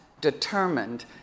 determined